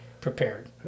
prepared